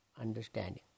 understanding